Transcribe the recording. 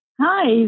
Hi